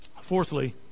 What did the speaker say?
Fourthly